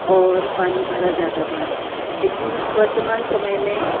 और पानी भरा जाता था लेकिन वर्तमान समय में